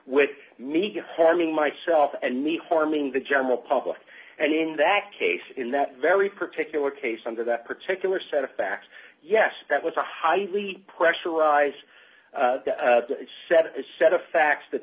with media harming myself and meet harming the general public and in that case in that very particular case under that particular set of back yes that was a highly pressurized set a set of facts that